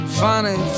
funny